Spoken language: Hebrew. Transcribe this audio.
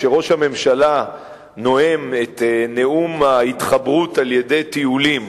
כשראש הממשלה נואם את נאום ההתחברות על-ידי טיולים